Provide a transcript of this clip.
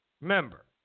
Remember